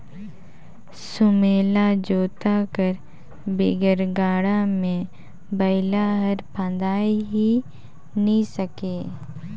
सुमेला जोता कर बिगर गाड़ा मे बइला हर फदाए ही नी सके